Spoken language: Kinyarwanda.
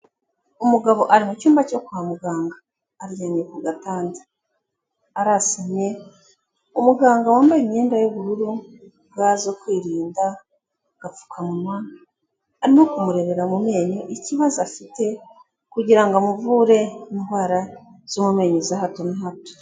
Umugabo ari mu cyumba cyo kwa muganga aryamye ku gatanda, arasamye, umuganga wambaye imyenda y'ubururu, ga zo kwirinda, agapfukamunwa ari kumurebera mu menyo ikibazo afite kugira ngo amuvure indwara zo mu menyo za hato na hato